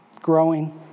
growing